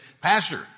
pastor